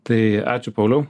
tai ačiū pauliau